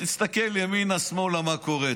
תסתכל ימינה ושמאלה מה קורה.